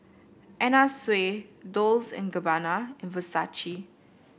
Anna Sui Dolce and Gabbana and Versace